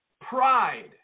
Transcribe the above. pride